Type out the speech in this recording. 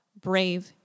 brave